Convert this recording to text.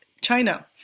China